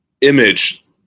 image